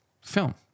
film